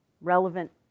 relevant